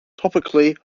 topically